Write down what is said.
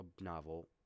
novel